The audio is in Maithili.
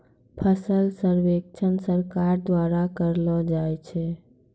फसल सर्वेक्षण सरकार द्वारा करैलो जाय छै